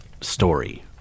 story